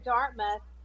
Dartmouth